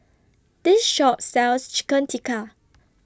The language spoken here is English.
This Shop sells Chicken Tikka